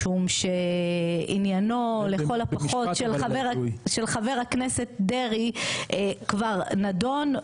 משום שעניינו לכל הפחות של חבר הכנסת דרעי כבר נדון.